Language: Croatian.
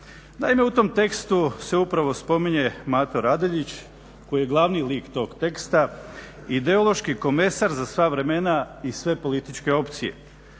Naime, u tom tekstu se upravo spominje Mato Radeljić koji je glavni lik tog teksta, ideološki komesar za sva vremena i sve političke opcije.